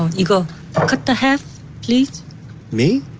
oh you go, cut the half, please me?